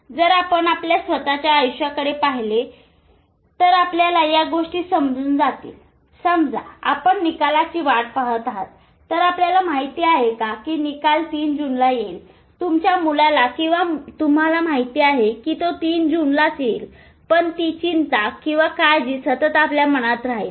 जर आपण आपल्या स्वतःच्या आयुष्याकडे पाहिले तर आपल्याला या गोष्टी समजून जातील समजा आपण निकालाची वाट पाहत आहात तर आपल्याला माहिती आहे की निकाल 3 जूनला येईल तुमच्या मुलाला किंवा तुम्हाला माहीत आहे की तो ३ जूनलाच येईल पण ती चिंता किंवा काळजी सतत आपल्या मनात राहील